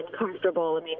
uncomfortable